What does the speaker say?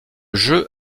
jeu